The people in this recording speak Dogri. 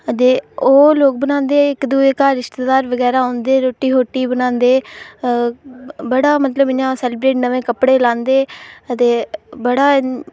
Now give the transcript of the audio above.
अदे ओह् लोग मनांदे इक दूए दे घर रिश्तेदार बगैरा औंदे रोट्टी बनांदे आ बड़ा मतलब इयां सद्ददे नमें कपड़े लांदे अदे बड़ा